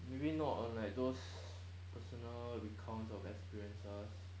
maybe not unlike those personal recounts of experiences